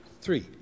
three